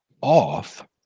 off